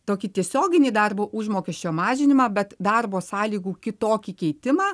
tokį tiesioginį darbo užmokesčio mažinimą bet darbo sąlygų kitokį keitimą